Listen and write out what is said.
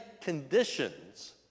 conditions